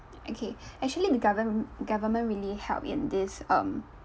okay actually the govern~ government really help in this um